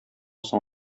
соң